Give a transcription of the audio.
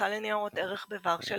הבורסה לניירות ערך בוורשה,